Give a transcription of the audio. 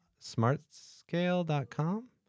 smartscale.com